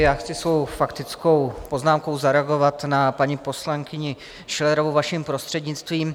Já chci svou faktickou poznámkou zareagovat na paní poslankyni Schillerovou, vaším prostřednictvím.